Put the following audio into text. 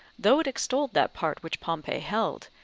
though it extolled that part which pompey held,